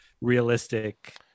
realistic